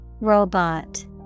Robot